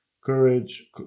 courage